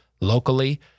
locally